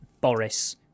Boris